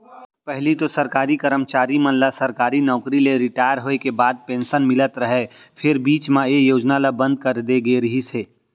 पहिली तो सरकारी करमचारी मन ल सरकारी नउकरी ले रिटायर होय के बाद पेंसन मिलत रहय फेर बीच म ए योजना ल बंद करे दे गे रिहिस हे